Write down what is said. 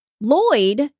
Lloyd